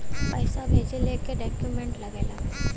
पैसा भेजला के का डॉक्यूमेंट लागेला?